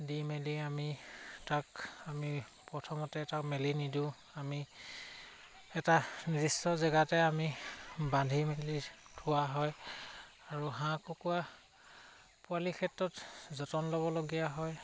দি মেলি আমি তাক আমি প্ৰথমতে তাক মেলি নিদিওঁ আমি এটা নিৰ্দিষ্ট জেগাতে আমি বান্ধি মেলি থোৱা হয় আৰু হাঁহ কুকুৰা পোৱালিৰ ক্ষেত্ৰত যতন ল'বলগীয়া হয়